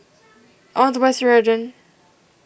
I want to buy Ceradan